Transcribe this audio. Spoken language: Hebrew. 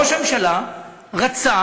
ראש הממשלה רצה,